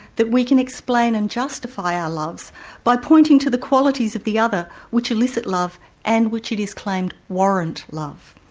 that we can explain and justify our loves by pointing to the qualities of the other which elicit love and which it is claimed warrant love.